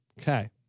Okay